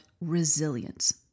resilience